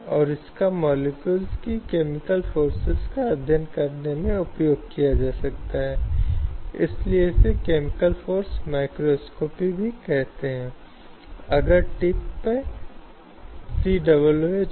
अब इसलिए एक छोर पर यह एक आर्थिक सुरक्षा का मुद्दा है जहां अगर वह विरोध करती है या वह वस्तुओं को चाहती है या कुछ और कार्रवाई करना चाहती है तो वह तुरंत अपनी आर्थिक स्वतंत्रता के संदर्भ में पीड़ित हो सकती है क्योंकि उसे नौकरी से निकाल दिया जा सकता है या उसके खिलाफ अन्य कार्रवाई की जा सकती है